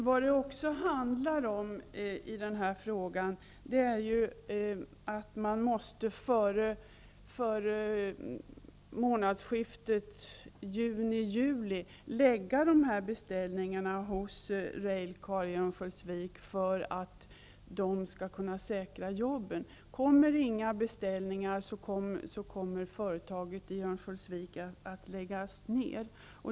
Fru talman! Frågan handlar också om att beställningarna måste läggas ut hos Railcar i Örnsköldsvik före månadsskiftet juni-juli för att arbetstillfällena skall kunna säkras. Kommer det inte några beställningar, kommer företaget i Örnsköldsvik att läggas ner.